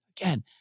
Again